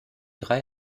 drei